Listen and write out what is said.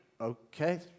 Okay